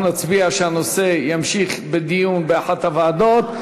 אנחנו נצביע על המשך הדיון בנושא באחת הוועדות,